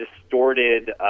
distorted